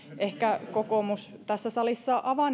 ehkä kokoomus tässä salissa avaa